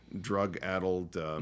drug-addled